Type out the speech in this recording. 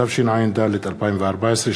התשע"ד 2014,